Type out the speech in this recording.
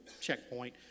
checkpoint